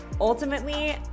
Ultimately